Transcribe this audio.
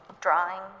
drawing